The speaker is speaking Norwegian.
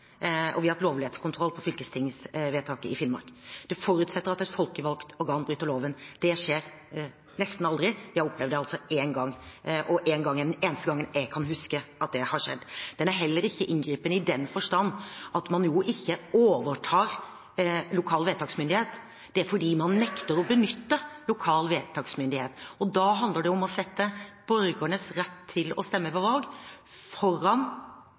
og vi har hatt lovlighetskontroll på fylkestingsvedtaket i Finnmark. Det forutsetter at et folkevalgt organ bryter loven. Det skjer nesten aldri. Vi har altså opplevd det én gang, og det er den eneste gangen jeg kan huske at det har skjedd. Den er heller ikke inngripende i den forstand at man jo ikke overtar lokal vedtaksmyndighet. Det er fordi man nekter å benytte lokal vedtaksmyndighet, og da handler det om å sette borgernes rett til å stemme ved valg foran